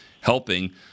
helping